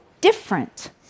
different